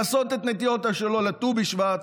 לעשות את הנטיעות שלו לט"ו בשבט,